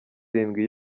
irindwi